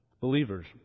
believers